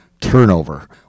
turnover